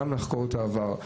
גם לחקור את העבר,